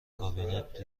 کابینت